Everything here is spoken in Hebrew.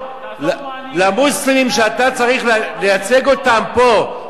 למוסלמים שאתה צריך לייצג אותם פה,